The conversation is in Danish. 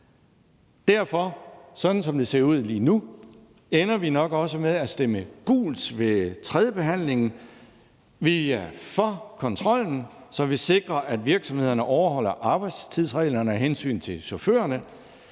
nu, ender vi nok også med at stemme gult ved tredjebehandlingen. Vi er for kontrollen, så vi sikrer, at virksomhederne overholder arbejdstidsreglerne af hensyn til chaufførerne.